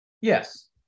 Yes